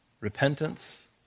repentance